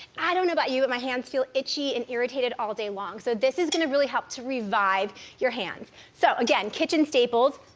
i don't know about you, but my hands feel itchy and irritated all day long. so, this is gonna really help to revive your hands. so again, kitchen staples,